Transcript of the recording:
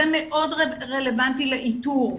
זה מאוד רלוונטי לאיתור.